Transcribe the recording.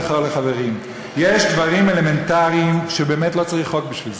ולכל החברים: יש דברים אלמנטריים שבאמת לא צריך חוק בשבילם.